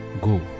go